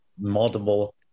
multiple